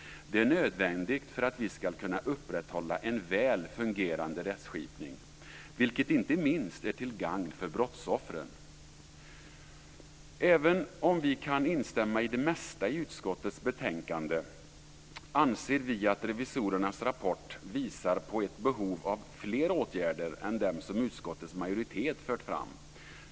Det är nödvändigt för att vi ska kunna upprätthålla en väl fungerande rättskipning, vilket inte minst är till gagn för brottsoffren. Även om vi kan instämma i det mesta i utskottets betänkande anser vi att revisorernas rapport visar på ett behov av fler åtgärder än dem som utskottets majoritet fört fram.